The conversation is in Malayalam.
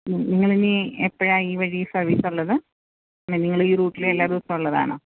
നിങ്ങൾ ഇനി എപ്പഴാണ് ഈ വഴി സർവീസ് ഉള്ളത് നിങ്ങൾ ഈ റൂട്ടിൽ എല്ലാ ദിവസവും ഉള്ളതാണോ